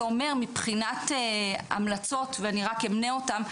אומר מבחינת המלצות ואני רק אמנה אותם,